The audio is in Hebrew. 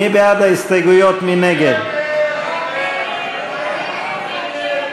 בעד, 59, 61 נגד.